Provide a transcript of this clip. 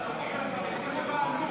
השירות של החרדים בצבא,